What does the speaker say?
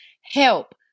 Help